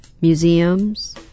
museums